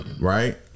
right